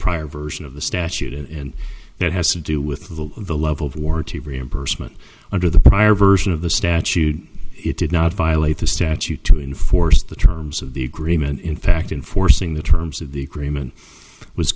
prior version of the statute and that has to do with the the level of war to reimbursement under the prior version of the statute it did not violate the statute to enforce the terms of the agreement in fact enforcing the terms of the agreement was